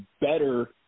better